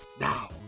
Now